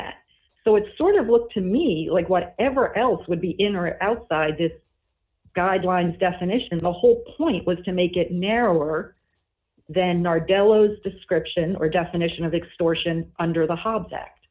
that so it sort of looked to me like whatever else would be in or outside this guidelines definition the whole point was to make it narrower then are delos description or definition of extortion under the hobbs act